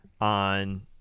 on